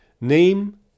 Name